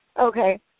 Okay